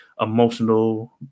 emotional